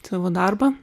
savo darbą